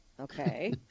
Okay